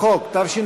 לשבת,